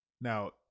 Now